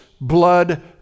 blood